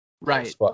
Right